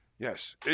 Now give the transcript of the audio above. Yes